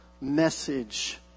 message